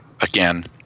again